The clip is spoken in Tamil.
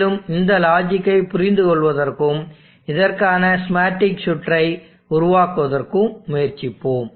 மேலும் இந்த லாஜிக்கை புரிந்துகொள்வதற்கும் இதற்கான ஸ்கீமாட்டிக் சுற்றை உருவாக்குவதற்கும் முயற்சிப்போம்